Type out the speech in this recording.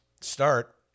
Start